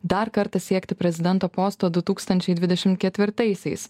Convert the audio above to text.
dar kartą siekti prezidento posto du tūkstančiai dvidešim ketvirtaisiais